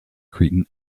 cretan